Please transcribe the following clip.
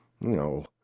No